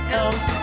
else